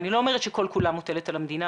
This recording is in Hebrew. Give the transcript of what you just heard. אני לא אומרת שכל כולה מוטלת על המדינה,